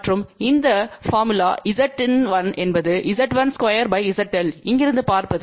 மற்றும் இந்தபோர்முலாம் Zin1என்பதுZ12 ZL இங்கிருந்து பார்ப்பது